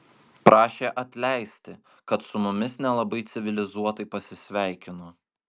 prašė atleisti kad su mumis nelabai civilizuotai pasisveikino